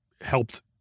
helped